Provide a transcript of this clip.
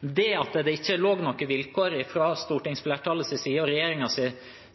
Det at det ikke lå noen vilkår fra stortingsflertallets og regjeringens